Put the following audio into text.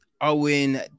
Owen